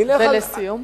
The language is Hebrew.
ולסיום.